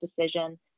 decision